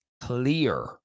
clear